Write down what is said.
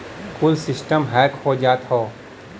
कुल सिस्टमे हैक हो जात हौ